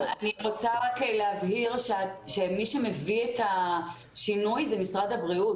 אני רוצה להבהיר שמי שמביא את השינוי זה משרד הבריאות.